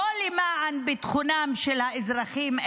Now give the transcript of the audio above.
לא למען ביטחונם של אזרחים,